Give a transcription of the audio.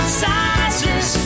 sizes